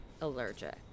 allergic